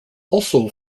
also